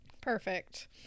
Perfect